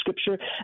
scripture